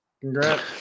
Congrats